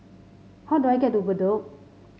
how do I get to Bedok